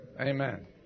Amen